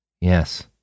Yes